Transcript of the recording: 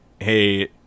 hey